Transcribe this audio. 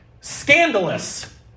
scandalous